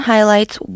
Highlights